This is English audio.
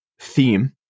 theme